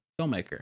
filmmaker